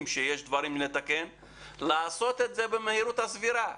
שיש דברים לתקן לעשות את זה במהירות סבירה.